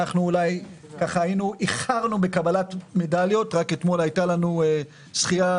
אולי איחרנו בקבלת מדליות רק אתמול היתה לנו זכייה